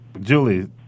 Julie